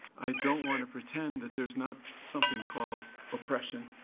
i don't wanna pretend that there's not something called oppression,